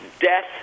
death